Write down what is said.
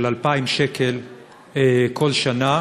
של 2,000 שקל כל שנה,